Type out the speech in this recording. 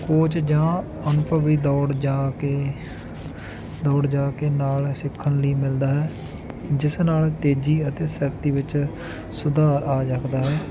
coach ਜਾਂ ਅਨੁਭਵੀ ਦੌੜ ਜਾ ਕੇ ਦੌੜ ਜਾ ਕੇ ਨਾਲ ਸਿੱਖਣ ਲਈ ਮਿਲਦਾ ਹੈ ਜਿਸ ਨਾਲ ਤੇਜ਼ੀ ਅਤੇ ਸ਼ਕਤੀ ਵਿੱਚ ਸੁਧਾਰ ਆ ਸਕਦਾ ਹੈ